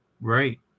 Right